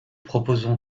proposons